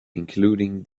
including